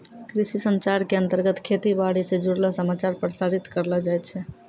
कृषि संचार के अंतर्गत खेती बाड़ी स जुड़लो समाचार प्रसारित करलो जाय छै